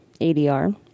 ADR